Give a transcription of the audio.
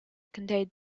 contained